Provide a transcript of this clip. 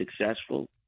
successful